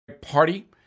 Party